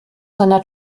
seiner